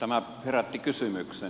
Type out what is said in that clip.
tämä herätti kysymyksen